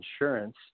insurance